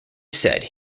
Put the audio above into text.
said